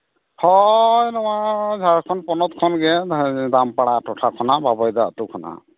ᱦᱳᱭ ᱱᱚᱣᱟ ᱡᱷᱟᱲᱠᱷᱚᱸᱰ ᱯᱚᱱᱚᱛ ᱠᱷᱚᱱ ᱜᱮ ᱫᱟᱢᱯᱟᱲᱟ ᱴᱚᱴᱷᱟ ᱠᱷᱚᱱᱟᱜ ᱵᱟᱹᱵᱩᱭᱫᱟ ᱟᱛᱳ ᱠᱷᱚᱱᱟᱜ